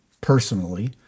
personally